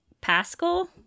Pascal